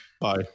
bye